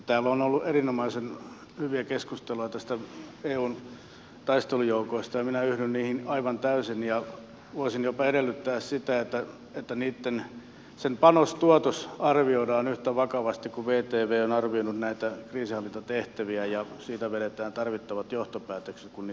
täällä on ollut erinomaisen hyviä keskusteluja näistä eun taistelujoukoista ja minä yhdyn niihin aivan täysin ja voisin jopa edellyttää sitä että niitten panostuotos arvioidaan yhtä vakavasti kuin vtv on arvioinut näitä kriisinhallintatehtäviä ja siitä vedetään tarvittavat johtopäätökset kun niitten aika on